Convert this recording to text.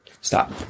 Stop